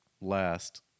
last